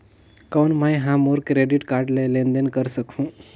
कौन मैं ह मोर क्रेडिट कारड ले लेनदेन कर सकहुं?